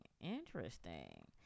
Interesting